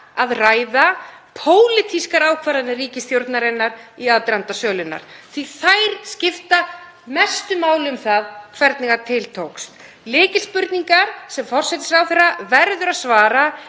að ræða pólitískar ákvarðanir ríkisstjórnarinnar í aðdraganda sölunnar því þær skipta mestu máli um það hvernig til tókst. Lykilspurningar sem forsætisráðherra verður að svara